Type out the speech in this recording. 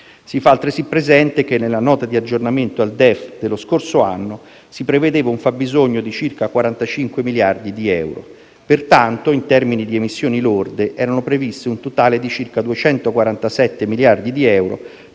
Si fa altresì presente che nella nota di aggiornamento al DEF dello scorso anno si prevedeva un fabbisogno di circa 45 miliardi di euro. Pertanto, in termini di emissioni lorde, era previsto un totale di circa 247 miliardi di euro,